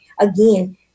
again